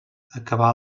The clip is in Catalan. acabà